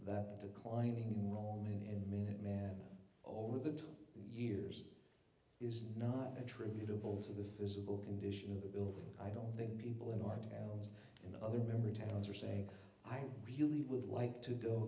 that the climbing enroll in men and men over the two years is not attributable to the physical condition of the building i don't think people in our towns in other member towns are saying i really would like to go